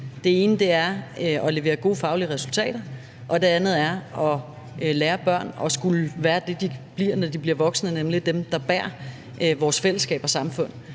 Den ene er at levere gode faglige resultater, og det andet er at lære børn at skulle være det, de bliver, når de bliver voksne, nemlig dem, der bærer vores fællesskab og samfund.